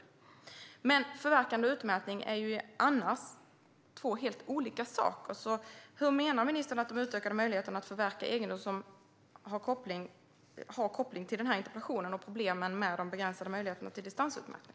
I övrigt är förverkande och utmätning två helt olika saker, så hur menar ministern att de utökade möjligheterna att förverka egendom har koppling till den här interpellationen och problemen med de begränsade möjligheterna till distansutmätning?